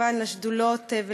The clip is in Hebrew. וכמובן לשדולות,